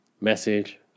message